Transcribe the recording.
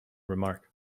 remark